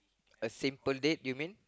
a simple date you mean